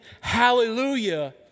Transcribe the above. hallelujah